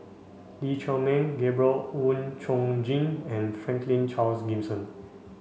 Lee Chiaw Meng Gabriel Oon Chong Jin and Franklin Charles Gimson